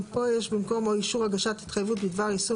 במקום "או אישור הגשת התחייבות בדבר יישום